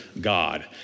God